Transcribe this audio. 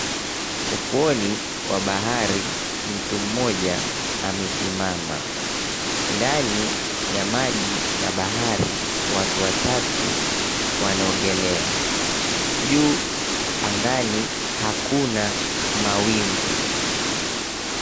Ufuoni wa bahari mtu mmoja amesimama ndani ya maji ya bahari watu watatu wanaogelea juu angani hakuna mawingu.